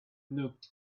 looked